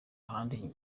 ahandi